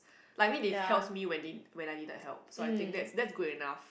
like I mean they helps me when they when I needed help so I think that is that is good enough